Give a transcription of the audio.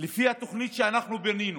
לפי התוכנית שאנחנו בנינו,